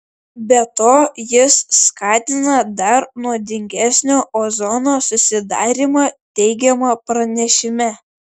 be to jis skatina dar nuodingesnio ozono susidarymą teigiama pranešime